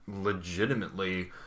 legitimately